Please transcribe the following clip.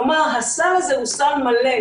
כלומר הסל הזה הוא סל מלא.